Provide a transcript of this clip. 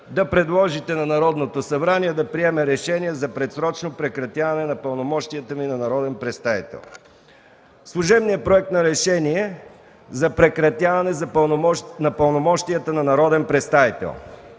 да предложите на Народното събрание да приеме решение за предсрочно прекратяване на пълномощията ми на народен представител.” Служебният проект на: „РЕШЕНИЕ за прекратяване на пълномощията на народен представител